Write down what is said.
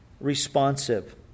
responsive